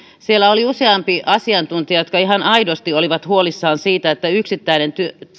siellä oli useampi asiantuntija jotka ihan aidosti olivat huolissaan siitä että yksittäinen